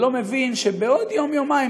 ולא מבין שבעוד יום-יומיים,